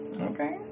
Okay